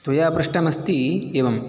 त्वया पृष्टमस्ति एवं